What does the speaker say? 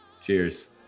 cheers